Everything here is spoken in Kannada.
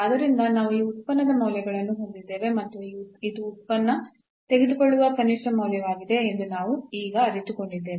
ಆದ್ದರಿಂದ ನಾವು ಈ ಉತ್ಪನ್ನದ ಮೌಲ್ಯಗಳನ್ನು ಹೊಂದಿದ್ದೇವೆ ಮತ್ತು ಇದು ಉತ್ಪನ್ನ ತೆಗೆದುಕೊಳ್ಳುವ ಕನಿಷ್ಠ ಮೌಲ್ಯವಾಗಿದೆ ಎಂದು ನಾವು ಈಗ ಅರಿತುಕೊಂಡಿದ್ದೇವೆ